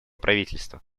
правительства